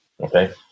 okay